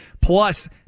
Plus